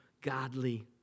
godly